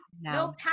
No